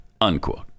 unquote